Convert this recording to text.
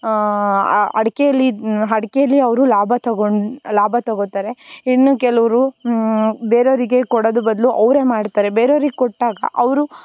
ಅ ಅಡಿಕೆಯಲ್ಲಿ ಅಡ್ಕೆಯಲ್ಲಿ ಅವರು ಲಾಭ ತಗೊಂ ಲಾಭ ತಗೋತಾರೆ ಇನ್ನೂ ಕೆಲವರು ಬೇರೆಯವರಿಗೆ ಕೊಡೋದು ಬದಲು ಅವರೇ ಮಾಡ್ತಾರೆ ಬೇರೆಯವರಿಗೆ ಕೊಟ್ಟಾಗ ಅವರು